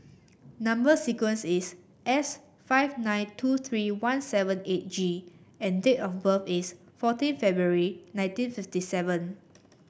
number sequence is S five nine two three one seven eight G and date of birth is fourteen February nineteen fifty seven